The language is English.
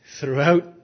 throughout